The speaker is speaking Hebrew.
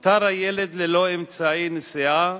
נותר הילד ללא אמצעי נסיעה,